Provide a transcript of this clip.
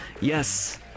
Yes